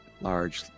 large